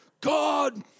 God